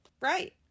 Right